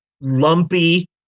lumpy